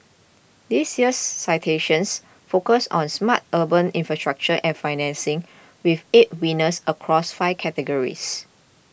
this year's citations focus on smart urban infrastructure and financing with eight winners across five categories